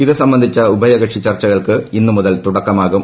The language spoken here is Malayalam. ഇത് സംബന്ധിച്ച ഉഭയകക്ഷി ചർച്ചകൾക്ക് ഇന്ന് മുതൽ തുടക്കമാകും